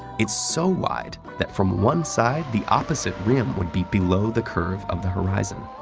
it's so wide that from one side, the opposite rim would be below the curve of the horizon.